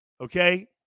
Okay